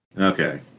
Okay